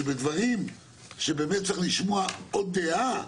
שבדברים שבאמת צריך לשמוע עוד דעה,